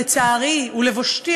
לצערי ולבושתי,